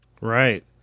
Right